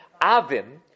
Avim